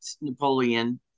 Napoleon